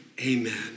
Amen